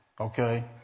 Okay